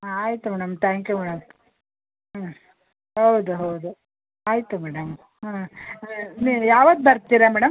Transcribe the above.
ಹಾಂ ಆಯಿತು madam thank you madam ಹ್ಞೂ ಹೌದು ಹೌದು ಆಯಿತು ಮೇಡಮ್ ಹ್ಞೂ ನೀವು ಯಾವಾಗ ಬರ್ತೀರ ಮೇಡಮ್